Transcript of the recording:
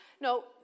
No